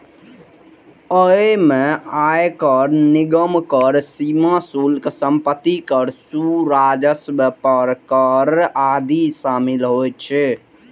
अय मे आयकर, निगम कर, सीमा शुल्क, संपत्ति कर, भू राजस्व पर कर आदि शामिल होइ छै